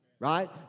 Right